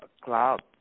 cloud